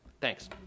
Thanks